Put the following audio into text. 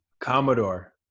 Commodore